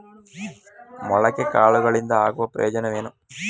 ಮೊಳಕೆ ಕಾಳುಗಳಿಂದ ಆಗುವ ಪ್ರಯೋಜನವೇನು?